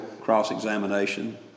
cross-examination